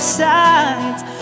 sides